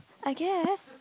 I guess